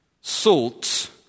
salt